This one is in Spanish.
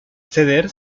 ceder